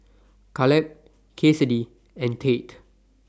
Kaleb Cassidy and Tate